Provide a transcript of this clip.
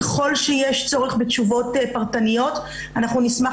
ככל שיש צורך בתשובות פרטניות אנחנו נשמח